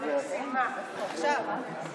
אנא, אם אפשר לשבת.